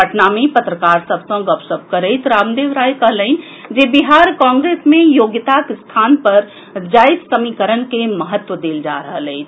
पटना मे पत्रकार सभ सँ गपशप करैत रामदेव राय कहलनि जे बिहार कांग्रेस मे योग्यताक स्थान पर जाति समीकरण के महत्व देल जा रहल अछि